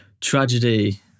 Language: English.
tragedy